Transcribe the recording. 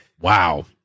Wow